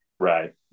Right